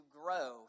grow